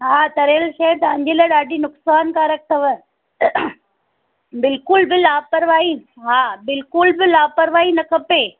हा तरियल शइ तव्हांजे लाए ॾाढी नुक़सानु कारक अथव बिल्कुलु बि लापरवाही हा बिल्कुलु बि लापरवाही न खपे